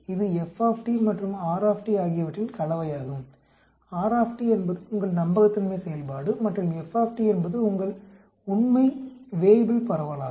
இது மற்றும் ஆகியவற்றின் கலவையாகும் என்பது உங்கள் நம்பகத்தன்மை செயல்பாடு மற்றும் என்பது உங்கள் உண்மை வேய்புல் பரவலாகும்